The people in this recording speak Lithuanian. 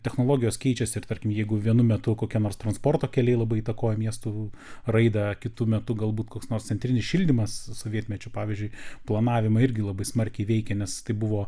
technologijos keičiasi ir tarkim jeigu vienu metu kokie nors transporto keliai labai įtakoja miestų raidą kitu metu galbūt koks nors centrinis šildymas sovietmečiu pavyzdžiui planavimą irgi labai smarkiai veikė nes tai buvo